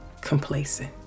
complacent